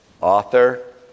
author